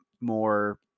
more